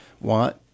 want